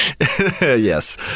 Yes